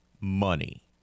money